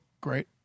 great